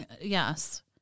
yes